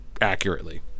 accurately